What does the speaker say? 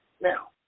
Now